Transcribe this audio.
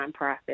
nonprofit